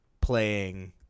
playing